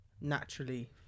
naturally